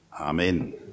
Amen